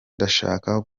ndashaka